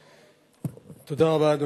אדוני, תודה רבה.